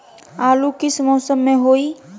आलू किस मौसम में होई?